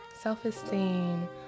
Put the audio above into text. self-esteem